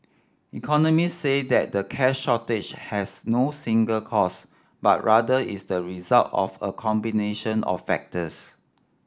economists say that the cash shortage has no single cause but rather is the result of a combination of factors